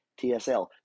TSL